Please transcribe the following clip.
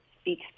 speak